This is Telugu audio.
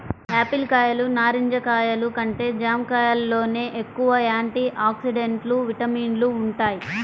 యాపిల్ కాయలు, నారింజ కాయలు కంటే జాంకాయల్లోనే ఎక్కువ యాంటీ ఆక్సిడెంట్లు, విటమిన్లు వుంటయ్